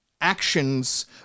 Actions